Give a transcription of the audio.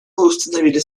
установили